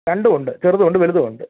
രണ്ടും ഉണ്ട് ചെറുതും ഉണ്ട് വലുതും ഉണ്ട്